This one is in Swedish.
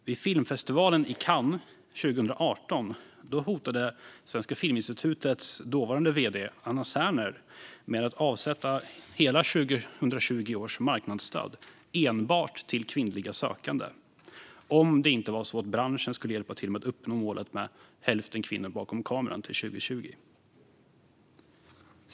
Vid filmfestivalen i Cannes 2018 hotade Svenska Filminstitutets dåvarande vd Anna Serner med att avsätta hela 2020 års marknadsstöd enbart till kvinnliga sökande om inte branschen hjälpte till med att uppnå målet om hälften kvinnor bakom kameran till 2020.